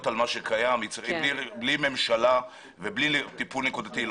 על מה שקיים ובלי ממשלה ובלי טיפול נקודתי,